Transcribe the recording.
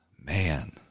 man